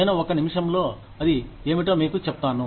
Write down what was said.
నేను ఒక నిమిషంలో అది ఏమిటో మీకు చెప్తాను